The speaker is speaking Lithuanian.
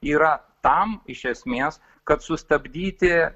yra tam iš esmės kad sustabdyti